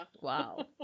Wow